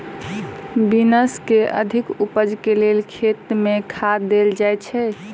Beans केँ अधिक उपज केँ लेल खेत मे केँ खाद देल जाए छैय?